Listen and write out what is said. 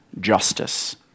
justice